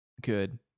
good